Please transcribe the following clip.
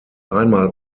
einmal